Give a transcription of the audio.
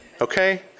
okay